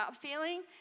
feeling